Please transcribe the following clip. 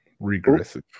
Regressive